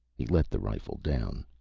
he let the rifle down.